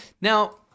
Now